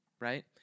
right